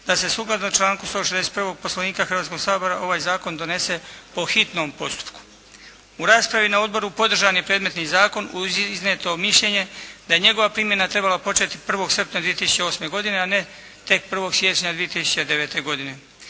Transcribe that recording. da se sukladno članku 161. Poslovnika Hrvatskog Sabora ovaj zakon donese po hitnom postupku. U raspravi na Odboru podržan je predmetni zakon uz iznijeto mišljenje da je njegova primjena trebala početi 1. srpnja 2008. godine, a ne tek 1. siječnja 2009. godine.